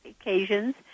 occasions